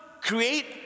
create